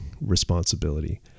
responsibility